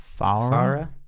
Farah